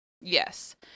Yes